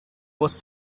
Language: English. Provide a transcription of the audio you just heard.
was